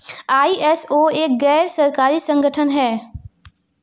ISO एक गैर सरकारी संगठन है